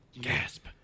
Gasp